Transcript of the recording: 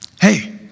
Hey